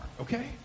okay